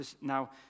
now